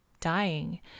dying